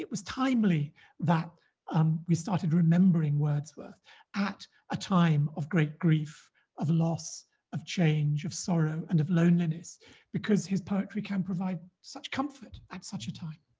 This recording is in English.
was timely that um we started remembering wordsworth at a time of great grief of loss of change of sorrow and of loneliness because his poetry can provide such comfort at such a time